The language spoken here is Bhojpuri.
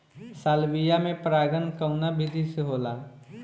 सालविया में परागण कउना विधि से होला?